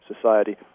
society